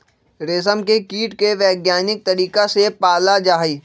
रेशम के कीट के वैज्ञानिक तरीका से पाला जाहई